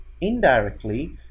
indirectly